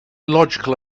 illogical